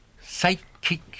psychic